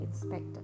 inspector